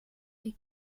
est